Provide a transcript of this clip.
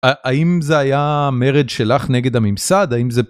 האם זה היה מרד שלך נגד הממסד, האם זה...